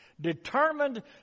determined